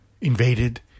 invaded